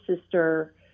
sister